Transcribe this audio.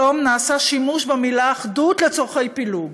היום נעשה שימוש במילה "אחדות" לצורכי פילוג,